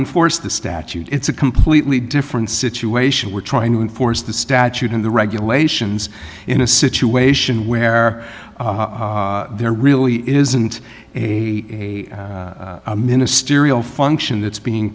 enforce the statute it's a completely different situation we're trying to enforce the statute in the regulations in a situation where there really isn't a ministerial function that's being